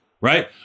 right